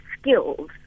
skills